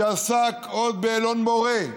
שעסק עוד באלון מורה.